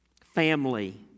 family